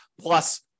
plus